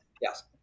Yes